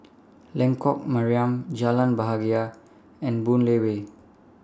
Lengkok Mariam Jalan Bahagia and Boon Lay Way